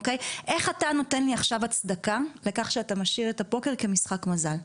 איך אתה נותן לי עכשיו הצדקה לכך שאתה משאיר את הפוקר כמשחק מזל?